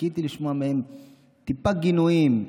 חיכיתי לשמוע מהם טיפה גינויים,